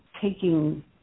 taking